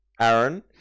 Aaron